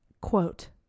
Quote